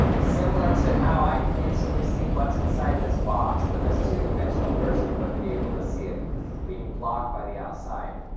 similar to how i can instantly see what's inside this box but this two-dimensional person wouldn't be able to see it because it's being blocked by the outside.